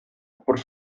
por